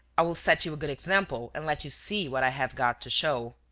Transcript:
i will set you a good example and let you see what i have got to show.